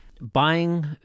Buying